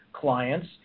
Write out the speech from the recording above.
clients